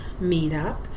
meetup